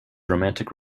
romantic